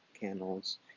candles